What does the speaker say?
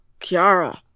Kiara